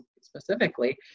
specifically